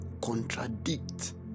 contradict